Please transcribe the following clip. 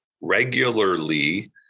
regularly